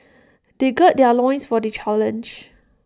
they gird their loins for the challenge